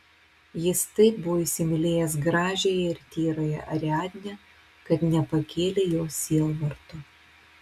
jis taip buvo įsimylėjęs gražiąją ir tyrąją ariadnę kad nepakėlė jos sielvarto